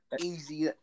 Easy